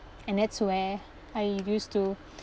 and that's where I used to